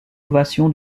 ovation